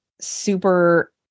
super